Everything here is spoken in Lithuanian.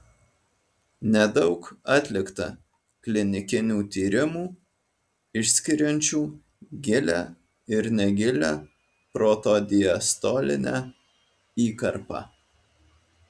nedaug atlikta klinikinių tyrimų išskiriančių gilią ir negilią protodiastolinę įkarpą